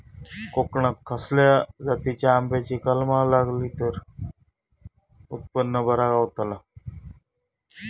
कोकणात खसल्या जातीच्या आंब्याची कलमा लायली तर उत्पन बरा गावताला?